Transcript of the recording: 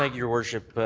ah your worship.